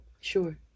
Sure